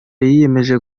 yiyemeje